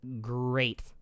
great